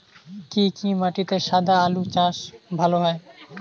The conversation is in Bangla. কি কি মাটিতে সাদা আলু চাষ ভালো হয়?